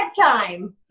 time